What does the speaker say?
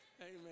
Amen